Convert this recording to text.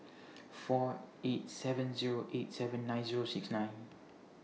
four eight seven Zero eight seven nine Zero six nine